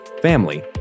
family